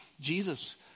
Jesus